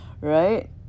right